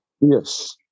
Yes